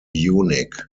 unique